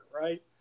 right